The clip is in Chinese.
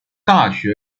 大学